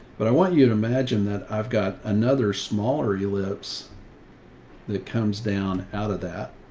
but i want you you to imagine that i've got another smaller you lips that comes down out of that.